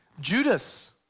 Judas